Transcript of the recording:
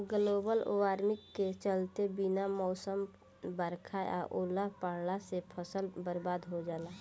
global warming के चलते बिना मौसम बरखा आ ओला पड़ला से फसल बरबाद हो जाला